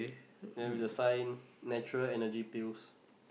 then with the sign natural energy bills